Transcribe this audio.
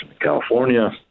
California